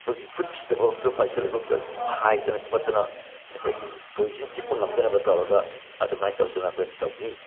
ꯑꯩꯈꯣꯏꯒꯤ ꯈꯨꯠꯁꯤꯗꯕꯥꯎꯗ ꯄꯥꯏꯁꯤꯜꯂꯤꯕ ꯍꯥꯏꯗꯅ ꯈꯣꯠꯅꯕ ꯉꯁꯥꯏꯒꯤ ꯈꯣꯏꯁꯤꯅ ꯆꯤꯛꯄ ꯉꯝꯗꯅꯕ ꯇꯧꯔꯒ ꯑꯗꯨꯃꯥꯏꯅ ꯇꯧꯗꯅ ꯑꯩꯈꯣꯏꯅ ꯇꯧꯈꯤ